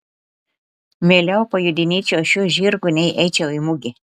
mieliau pajodinėčiau šiuo žirgu nei eičiau į mugę